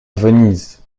venise